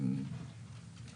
-- מירב בן ארי,